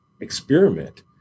experiment